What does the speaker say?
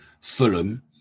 Fulham